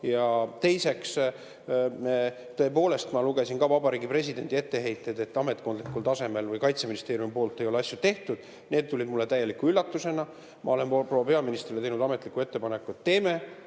taga. Tõepoolest, ma lugesin ka Vabariigi Presidendi etteheiteid, et ametkondlikul tasemel või Kaitseministeeriumi poolt ei ole asju tehtud. Need tulid mulle täieliku üllatusena. Ma olen proua peaministrile teinud ametliku ettepaneku, et teeme